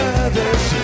others